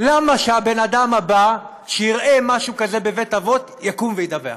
למה שהבן-אדם הבא שיראה משהו כזה בבית-אבות יקום וידווח?